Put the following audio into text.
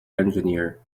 engineer